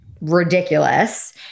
ridiculous